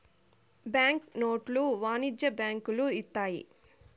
bank నోట్లు వాణిజ్య బ్యాంకులు ఇత్తాయి